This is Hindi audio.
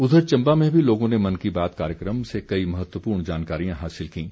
उधर चंबा में भी लोगों ने मन की बात कार्यक्रम से कई महत्वपूर्ण जानकारियां हासिल कीं